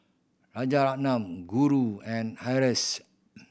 Rajaratnam Guru and Haresh